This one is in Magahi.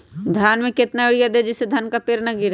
धान में कितना यूरिया दे जिससे धान का पेड़ ना गिरे?